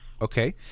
Okay